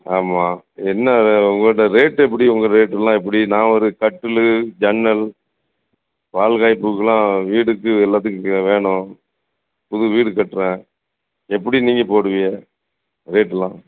ஆமாம் என்ன விலை உங்கள் கிட்டே ரேட்டு எப்படி உங்கள் ரேட்டெலாம் எப்படி நான் ஒரு கட்டிலு ஜன்னல் பால்காய்ப்புக்கெலாம் வீடுக்கு எல்லாத்துக்கும் இங்கே வேணும் புது வீடு கட்டுறேன் எப்படி நீங்கள் போடுவீக ரேட்டெலாம்